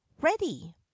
ready